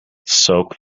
soak